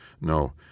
no